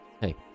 hey